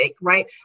right